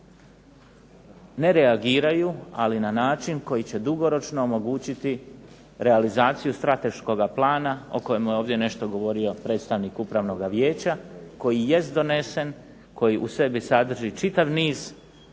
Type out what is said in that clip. ne reagiraju, ali na način koji će dugoročno omogućiti realizaciju strateškoga plana o kojemu je ovdje nešto govorio predstavnik upravnoga vijeća, koji jest donesen, koji u sebi sadrži čitav niz kvalitetnih